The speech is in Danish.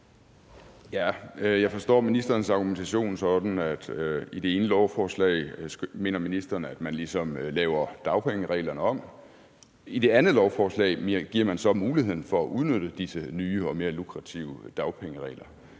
Jeg forstår ministerens argumentation sådan, at i det ene lovforslag mener ministeren at man ligesom laver dagpengereformen om; i det andet lovforslag giver man så muligheden for at udnytte disse nye og mere lukrative dagpengeregler.